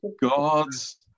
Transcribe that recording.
God's